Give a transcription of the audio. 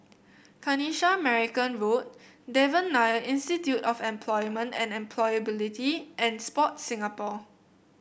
Kanisha Marican Road Devan Nair Institute of Employment and Employability and Sport Singapore